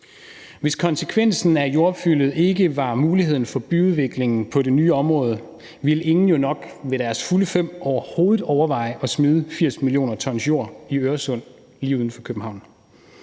Hvis konsekvensen af jordopfyldet ikke var muligheden for byudvikling på det nye område, ville ingen ved deres fulde fem jo nok overhovedet overveje at smide 80 mio. t jord i Øresund lige uden for København.